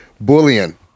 bullying